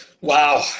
wow